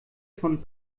von